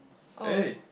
oh